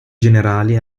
generali